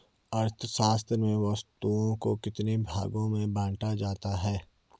अर्थशास्त्र में वस्तुओं को कितने भागों में बांटा जाता है?